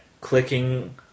clicking